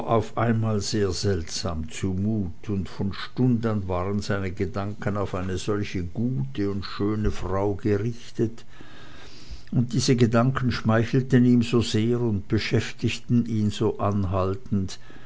auf einmal ganz seltsam zu mute und von stund an waren seine gedanken auf eine solche gute und schöne frau gerichtet und diese gedanken schmeichelten ihm so sehr und beschäftigten ihn so anhaltend